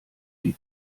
die